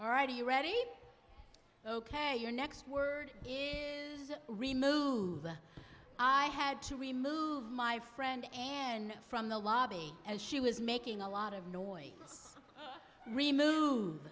already ready ok your next word is remove the i had to remove my friend and from the lobby as she was making a lot of noise was remove